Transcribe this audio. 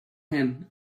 him